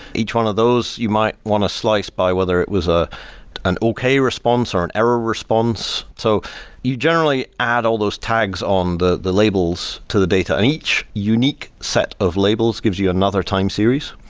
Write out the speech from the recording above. each one of those you might want to slice by whether it was ah an okay response or an error response. so you generally add all those tags on the the labels to the data, and each unique set of labels gives you another time series.